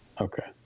Okay